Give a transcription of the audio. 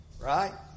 right